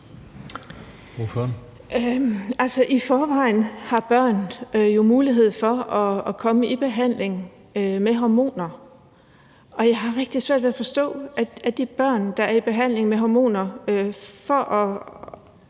i forvejen har børn jo muligheden for at komme i behandling med hormoner, og jeg har rigtig svært ved at forstå, hvorfor de børn, der er i behandling med hormoner for at